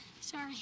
Sorry